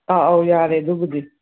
ꯑꯥ ꯑꯧ ꯌꯥꯔꯦ ꯑꯗꯨꯕꯨꯗꯤ